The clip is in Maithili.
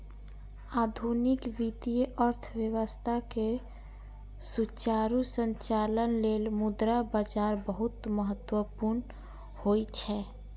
आधुनिक वित्तीय अर्थव्यवस्था के सुचारू संचालन लेल मुद्रा बाजार बहुत महत्वपूर्ण होइ छै